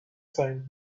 time